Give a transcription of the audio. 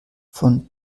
von